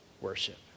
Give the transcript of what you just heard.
worship